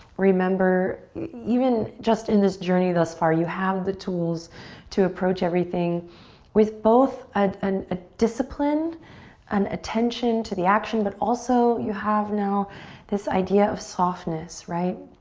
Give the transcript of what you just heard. remember you even just in this journey thus far, you have the tools to approach everything with both a and ah discipline, a and attention to the action, but also you have no this idea of softness. right?